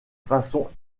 façon